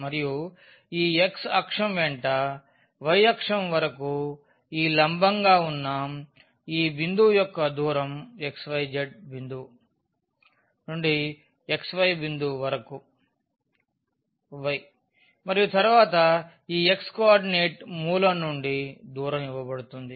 మరియు ఈ x అక్షం వెంట y అక్షం వరకూ ఈ లంబంగా ఉన్న ఈ బిందువు యొక్క దూరం xyz బిందువు నుండి xy బిందువు వరకు y మరియు తరువాత ఈ x కోఆర్డినేట్ మూలం నుండి దూరం ఇవ్వబడుతుంది